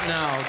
now